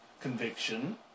conviction